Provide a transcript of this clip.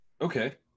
okay